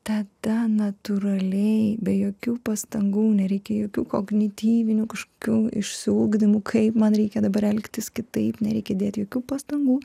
tada natūraliai be jokių pastangų nereikia jokių kognityvinių kažkokių išsiugdymų kaip man reikia dabar elgtis kitaip nereikia dėti jokių pastangų